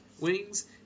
wings